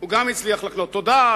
תודה.